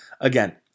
again